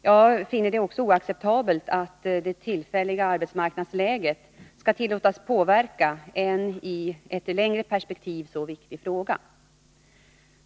Jag finner det också oacceptabelt att det tillfälliga arbetsmarknadsläget skall tillåtas påverka en i ett längre perspektiv så viktig fråga.